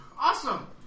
awesome